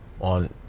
on